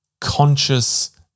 conscious